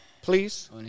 Please